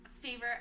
favorite